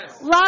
love